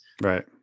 Right